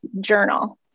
journal